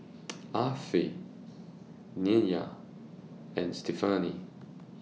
Affie Nya and Stefani